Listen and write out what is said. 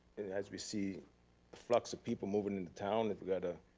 as we see flocks of people moving into town that we gotta,